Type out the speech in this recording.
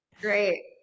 Great